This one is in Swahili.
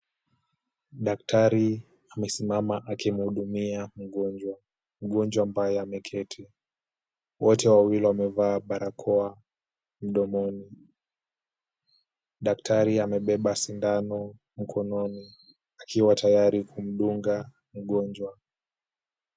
Daktari amesimama akimhudumia mgonjwa, mgonjwa ambaye ameketi. Wote wawili wamevaa barakoa mdomoni. Daktari amebeba sindano mkononi, akiwa tayari kumdunga mgonjwa.